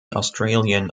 australian